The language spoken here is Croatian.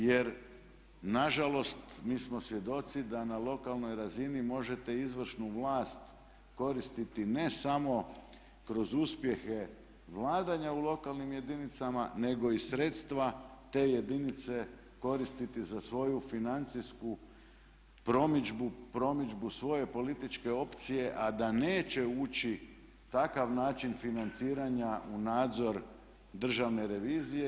Jer na žalost mi smo svjedoci da na lokalnoj razini možete izvršnu vlast koristiti ne samo kroz uspjehe vladanja u lokalnim jedinicama, nego i sredstva te jedinice koristiti za svoju financijsku promidžbu, promidžbu svoje političke opcije a da neće ući takav način financiranja u nadzor Državne revizije.